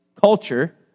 culture